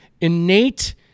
innate